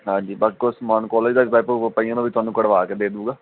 ਹਾਂਜੀ ਬਾਕੀ ਕੁਛ ਸਮਾਨ ਕੋਲੇਜ ਦਾ ਪੈਪਾਂ ਪੂਪਾਂ ਜਿਹੀਆਂ ਉਹ ਵੀ ਤੁਹਾਨੂੰ ਕਢਵਾ ਕੇ ਦੇ ਦਊਗਾ